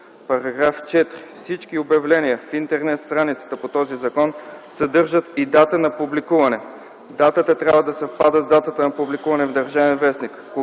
§ 4. (1) Всички обявления в Интернет страницата по този закон съдържат и дата на публикуване. Датата трябва да съвпада с датата на публикуване в „Държавен вестник”.